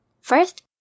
First